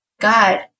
God